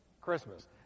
Christmas